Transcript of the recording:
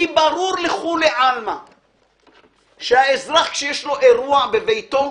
כי ברור לכולי עלמא שהאזרח, כשיש לו אירוע בביתו,